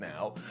now